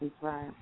right